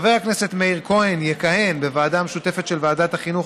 חבר הכנסת מאיר כהן יכהן בוועדה משותפת של ועדת החינוך,